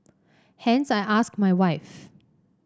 hence I asked my wife